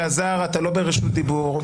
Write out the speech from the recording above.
אלעזר, אתה לא ברשות דיבור.